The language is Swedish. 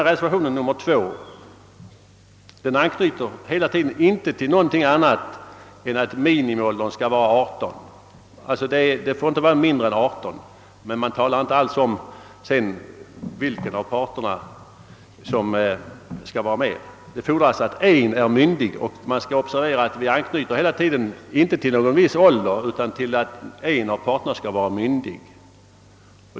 I reservationen 2 utgås det hela tiden från att minimiåldern inte får vara lägre än 18 år, men det sägs ingenting om vilken av parterna som skall vara äldre. Det fordras att den ena är myndig, och det bör observeras, att vi inte anknyter till någon viss ålder, utan endast framhåller, att en av parterna skall vara myndig.